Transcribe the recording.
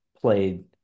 played